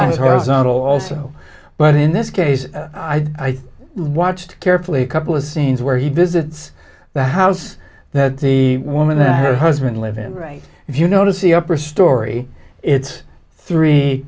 horizontal also but in this case i watched carefully a couple of scenes where he visits the house that the woman that her husband live in right if you notice the upper story it's three